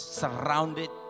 surrounded